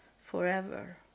forever